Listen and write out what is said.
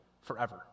forever